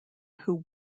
who